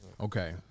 Okay